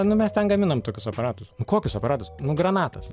nu mes ten gaminom tokius aparatus kokius aparatus nu granatas